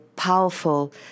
powerful